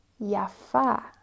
yafa